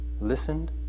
listened